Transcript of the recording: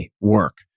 work